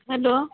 hello